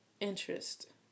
interest